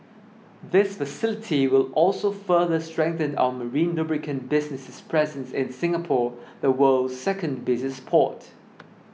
this facility will also further strengthen our marine lubricant business's presence in Singapore the world's second busiest port